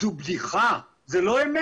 זו בדיחה, זו לא אמת.